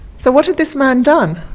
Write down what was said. so what had this man done?